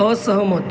असहमत